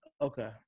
Okay